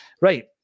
right